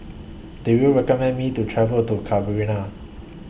Do YOU recommend Me to travel to